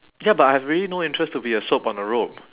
ya but I have really no interest to be a soap on a rope